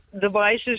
devices